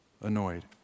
annoyed